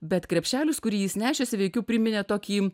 bet krepšelis kurį jis nešėsi veikiau priminė tokį